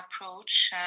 approach